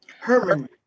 Herman